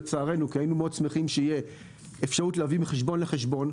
מאוד היינו שמחים שתהיה אפשרות להעביר מחשבון לחשבון,